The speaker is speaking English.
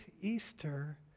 Easter